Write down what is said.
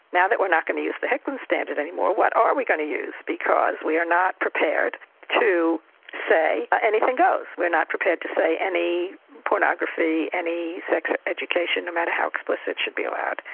now that we're not going to use the hicklin standard any more, what are we going to use? because we are not prepared to say anything goes. we're not prepared to say any pornography, any sex education, no matter how explicit, should be allowed.